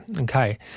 Okay